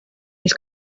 his